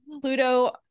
Pluto